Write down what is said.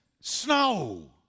snow